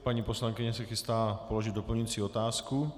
Paní poslankyně se chystá položit doplňující otázku.